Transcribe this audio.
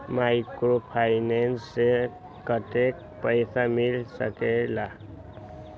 Microfinance से कतेक पैसा मिल सकले ला?